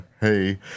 hey